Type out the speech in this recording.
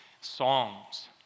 songs